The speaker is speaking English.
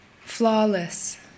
flawless